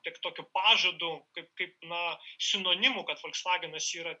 tik tokiu pažadu kaip kaip na sinonimu kad folksvagenas yra